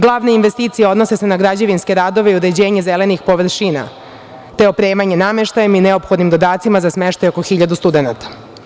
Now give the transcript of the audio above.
Glavne investicije se odnose na građevinske radove i uređenje zelenih površina, te opremanje nameštajem i neophodnim dodacima za smeštaj oko 1.000 studenata.